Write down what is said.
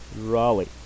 Raleigh